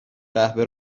قهوه